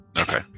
Okay